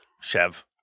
Chev